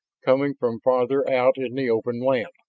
coming from farther out in the open land.